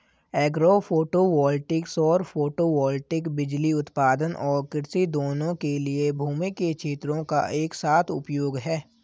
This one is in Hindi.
एग्रो फोटोवोल्टिक सौर फोटोवोल्टिक बिजली उत्पादन और कृषि दोनों के लिए भूमि के क्षेत्रों का एक साथ उपयोग है